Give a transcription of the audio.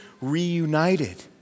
reunited